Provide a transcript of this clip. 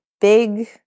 big